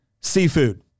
seafood